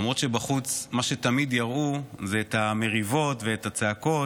למרות שבחוץ מה שתמיד יראו זה את המריבות ואת הצעקות,